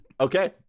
Okay